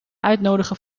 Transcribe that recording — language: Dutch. uitnodigen